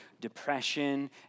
depression